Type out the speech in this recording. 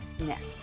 next